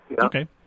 Okay